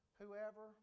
whoever